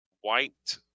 white